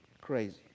Crazy